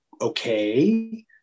okay